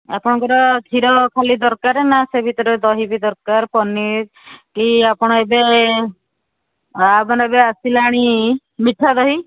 ଆପଣଙ୍କର କ୍ଷୀର ଖାଲି ଦରକାର ନା ସେ ଭିତରେ ଦହି ବି ଦରକାର ପନିର୍ କି ଆପଣ ଏବେ ହାଫ୍ ନେବେ ଆସିଲାଣି ମିଠା ଦହି